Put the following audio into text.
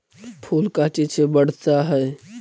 फूल का चीज से बढ़ता है?